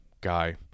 Guy